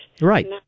Right